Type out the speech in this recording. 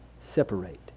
separate